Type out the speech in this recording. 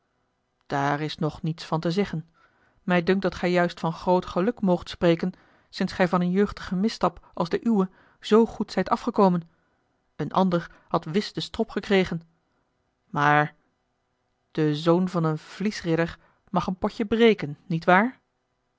daar is nog niets van te zeggen mij dunkt dat gij juist van groot geluk moogt spreken sinds gij van een jeugdigen misstap als de uwe zoo goed zijt afgekomen een ander had wis den strop gekregen maar de zoon van een vliesridder mag a l g bosboom-toussaint de delftsche wonderdokter eel een potje breken niet waar